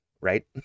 Right